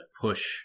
push